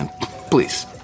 Please